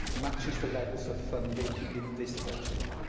matches the levels of funding in this budget.